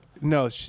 No